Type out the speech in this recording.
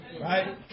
Right